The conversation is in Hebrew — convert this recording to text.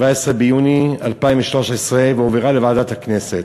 17 ביוני 2013, והועברה לוועדת הכנסת.